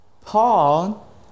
Paul